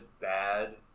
bad